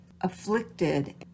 afflicted